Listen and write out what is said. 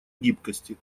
гибкости